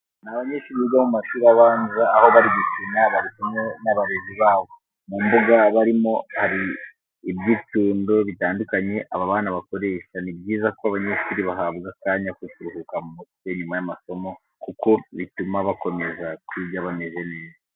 Ni abanyeshuri biga mu mashuri abanza aho bari gukina, bari kumwe n'abarezi babo. Mu mbuga barimo hari ibyicundo bitandukanye aba bana bakoresha. Ni byiza ko abanyeshuri bahabwa akanya ko kuruhura mu mutwe nyuma y'amasomo kuko bituma bakomeza kwiga bameze neza.